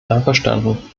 einverstanden